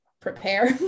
prepare